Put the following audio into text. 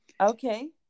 Okay